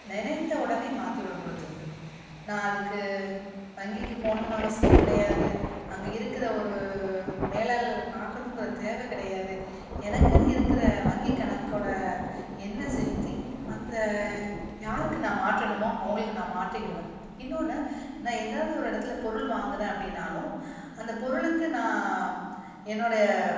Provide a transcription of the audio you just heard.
நினைத்த உடனே மாற்றி விட முடிஞ்சிடுது நான் அதுக்கு வங்கிக்கு போகணுன்னு அவசியம் கிடையாது அங்கே இருக்கிற ஒரு மேலாளரை பார்க்கணுங்கிற தேவை கிடையாது எனக்குன்னு இருக்கிற வங்கி கணக்கோடய எண்ணை செலுத்தி அந்த யாருக்கு நான் மாற்றணுமோ அவர்களுக்கு நான் மாற்றிக்கிடுவேன் இன்னொன்று நான் ஏதாவது ஒரு இடத்துல பொருள் வாங்குகிறேன் அப்படின்னாலும் அந்த பொருளுக்கு நான் என்னோடய